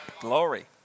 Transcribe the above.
Glory